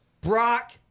Brock